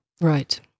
Right